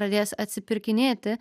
pradės atsipirkinėti